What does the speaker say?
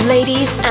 Ladies